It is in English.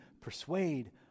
persuade